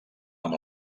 amb